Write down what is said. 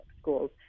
schools